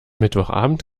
mittwochabend